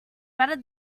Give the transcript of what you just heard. better